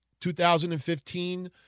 2015